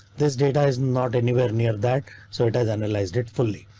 this data is not anywhere near that, so it has analyzed it fully.